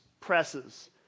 presses